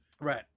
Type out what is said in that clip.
Right